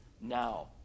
now